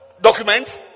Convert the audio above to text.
documents